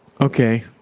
Okay